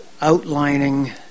outlining